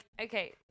okay